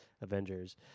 avengers